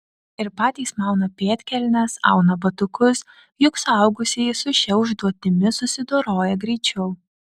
ir patys mauna pėdkelnes auna batukus juk suaugusieji su šia užduotimi susidoroja greičiau